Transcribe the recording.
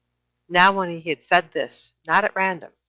now when he had said this, not at random,